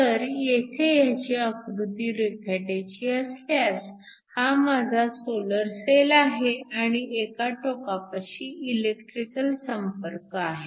तर येथे ह्याची आकृती रेखाटायची असल्यास हा माझा सोलर सेल आहे आणि एका टोकापाशी इलेक्ट्रिकल संपर्क आहे